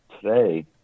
today